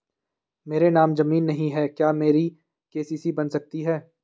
मेरे नाम ज़मीन नहीं है क्या मेरी के.सी.सी बन सकती है?